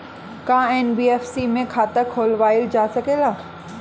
का एन.बी.एफ.सी में खाता खोलवाईल जा सकेला?